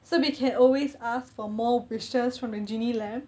so we can always ask for more wishes from the genie lamp